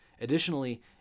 additionally